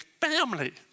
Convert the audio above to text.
family